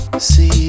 See